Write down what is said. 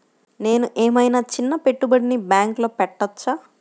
నేను ఏమయినా చిన్న పెట్టుబడిని బ్యాంక్లో పెట్టచ్చా?